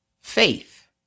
faith